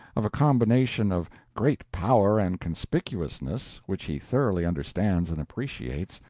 of a combination of great power and conspicuousness which he thoroughly understands and appreciates,